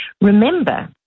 Remember